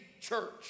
church